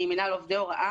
ממינהל עובדי הוראה,